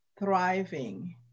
thriving